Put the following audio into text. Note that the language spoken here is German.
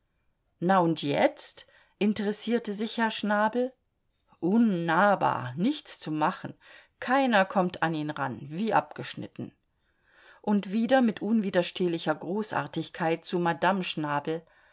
na und jetzt interessierte sich herr schnabel unnahbar nichts zu machen keiner kommt an ihn ran wie abgeschnitten und wieder mit unwiderstehlicher großartigkeit zu madame schnabel